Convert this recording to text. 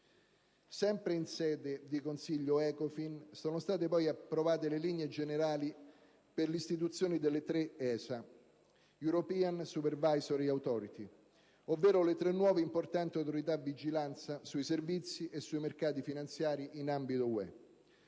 Sempre in sede di Consiglio Ecofin sono state poi approvate le linee generali per l'istituzione delle tre ESA (*European* *Superivisory* *Authority*), ovvero le tre nuove importanti autorità di vigilanza sui servizi e sui mercati finanziari in ambito UE.